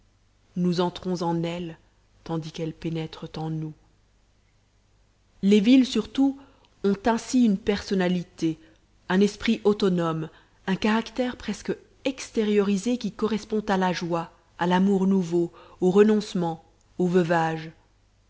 nous entrons en elles tandis qu'elles pénètrent en nous les villes surtout ont ainsi une personnalité un esprit autonome un caractère presque extériorisé qui correspond à la joie à l'amour nouveau au renoncement au veuvage